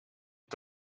het